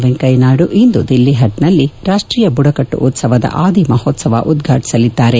ವೆಂಕಯ್ಯನಾಯ್ದು ಇಂದು ದಿಲ್ಲಿ ಹಟ್ನಲ್ಲಿ ರಾಷ್ಟ್ರೀಯ ಬುಡಕಟ್ಟು ಉತ್ಸವದ ಅದಿ ಮಹೋತ್ಸವವನ್ನು ಉದ್ಘಾಟಿಸಲಿದ್ದಾರೆ